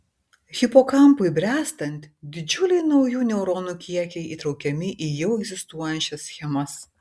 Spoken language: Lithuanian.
hipokampui bręstant didžiuliai naujų neuronų kiekiai įtraukiami į jau egzistuojančias schemas